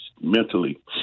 mentally